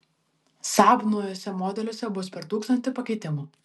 saab naujuose modeliuose bus per tūkstantį pakeitimų